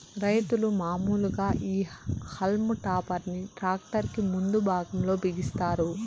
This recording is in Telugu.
రైతులు మాములుగా ఈ హల్మ్ టాపర్ ని ట్రాక్టర్ కి ముందు భాగం లో బిగిస్తారు